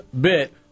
bit